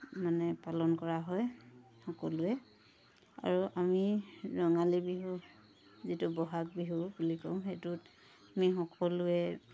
মানে পালন কৰা হয় সকলোৱে আৰু আমি ৰঙালী বিহু যিটো ব'হাগ বিহু বুলি কওঁ সেইটোত আমি সকলোৱে